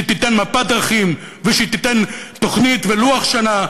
שתיתן מפת דרכים ושתיתן תוכנית ולוח שנה,